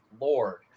Lord